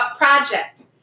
project